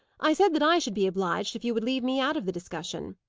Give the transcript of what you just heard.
i said that i should be obliged if you would leave me out of the discussion.